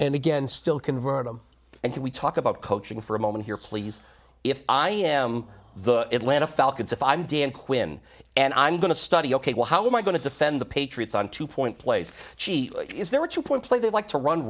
and again still convert them and can we talk about coaching for a moment here please if i am the atlanta falcons if i'm dan quinn and i'm going to study ok well how am i going to defend the patriots on two point plays she is there are two point play they like to run